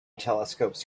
telescopes